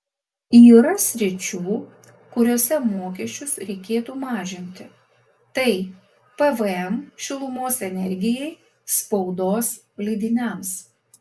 yra sričių kuriose mokesčius reikėtų mažinti tai pvm šilumos energijai spaudos leidiniams